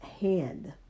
hand